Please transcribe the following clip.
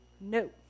No